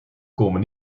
komen